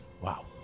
Wow